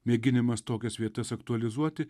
mėginimas tokias vietas aktualizuoti